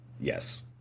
Yes